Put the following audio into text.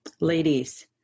Ladies